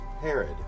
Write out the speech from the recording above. Herod